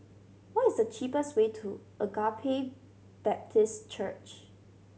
what is the cheapest way to Agape Baptist Church